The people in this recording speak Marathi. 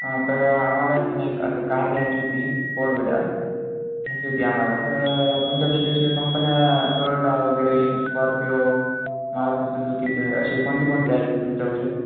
हा तर आम्हाला की नाही असं कार घ्यायची होती फोर व्हीलर घ्यायची होती आम्हाला सगळं तुमच्याकडं अशी कंपन्या टोयटा वगैरे स्कॉर्पियो मारुती सुजुकीचे असे कोणते कोणते आहेत तुमच्यापाशी